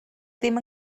ddim